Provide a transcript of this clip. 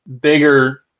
bigger